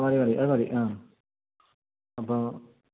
മതി മതി അത് മതി ആ അപ്പോൾ